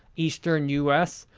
eastern us.